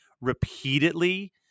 repeatedly